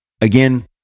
again